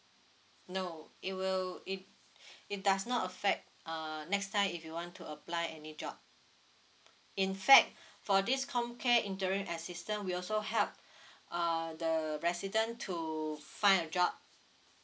no it will it it does not affect err next time if you want to apply any job in fact for this comcare interim assistant we also help err the resident to find a job